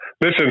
Listen